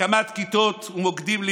הקמת כיתות ומוקדים לימודיים,